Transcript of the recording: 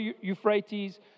Euphrates